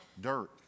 dirt